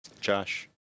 Josh